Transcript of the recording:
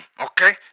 okay